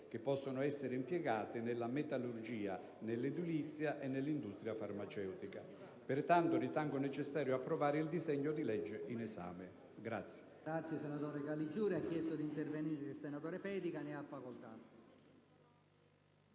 che possono essere impiegate nella metallurgia, nell'edilizia e nell'industria farmaceutica. Pertanto ritengo necessario approvare il disegno di legge in esame. **Testo